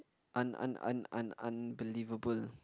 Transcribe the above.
un un un unbelievable